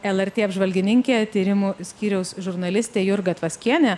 lrt apžvalgininkė tyrimų skyriaus žurnalistė jurga tvaskienė